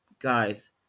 guys